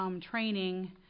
training